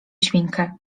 świnkę